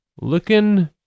looking